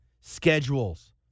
schedules